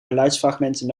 geluidsfragmenten